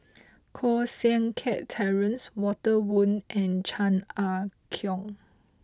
Koh Seng Kiat Terence Walter Woon and Chan Ah Kow